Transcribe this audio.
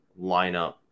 lineup